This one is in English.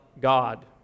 God